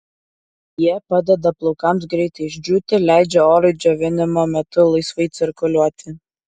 jie padeda plaukams greitai išdžiūti leidžia orui džiovinimo metu laisvai cirkuliuoti